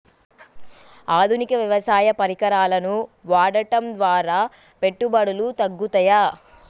ఆధునిక వ్యవసాయ పరికరాలను వాడటం ద్వారా పెట్టుబడులు తగ్గుతయ?